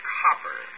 copper